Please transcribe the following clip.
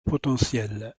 potentielle